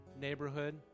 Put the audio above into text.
neighborhood